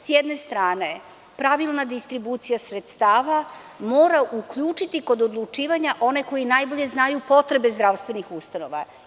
S jedne strane, pravilna distribucija sredstava mora uključiti kod odlučivanja one koji najbolje znaju potrebe zdravstvenih ustanova.